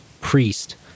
priest